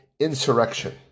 Insurrection